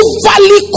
Overly